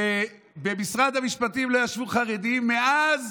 ובמשרד המשפטים לא ישבו חרדים מאז